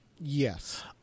Yes